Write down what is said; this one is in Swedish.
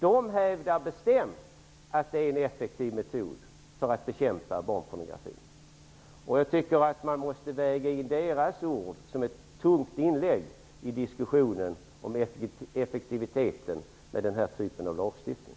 De hävdar bestämt att det är en effektiv metod för att bekämpa barnpornografibrott. Jag tycker att man måste väga in deras ord som ett tungt inlägg i diskussionen om effektiviteten med den här typen av lagstiftning.